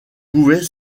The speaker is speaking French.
pouvait